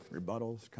Rebuttals